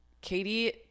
Katie